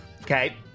Okay